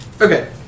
Okay